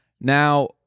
Now